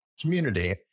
community